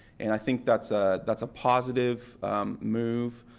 and i think that's ah that's a positive move